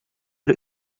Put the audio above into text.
бер